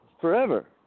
Forever